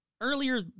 Earlier